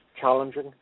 challenging